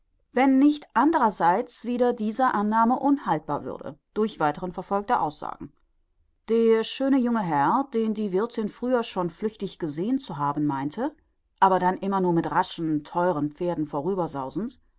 wenn nicht andrerseits wieder diese annahme unhaltbar würde durch weiteren verfolg der aussagen der schöne junge herr den die wirthin früher schon flüchtig gesehen zu haben meinte aber dann immer nur mit raschen theueren pferden